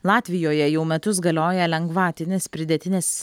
latvijoje jau metus galioja lengvatinis pridėtinės